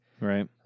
Right